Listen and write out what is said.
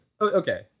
Okay